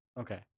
Okay